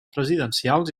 presidencials